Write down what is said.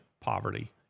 poverty